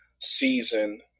season